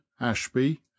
ashby